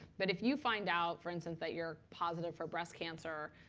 but if you find out, for instance, that you're positive for breast cancer,